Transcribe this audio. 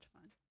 fun